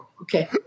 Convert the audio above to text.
okay